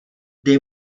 dej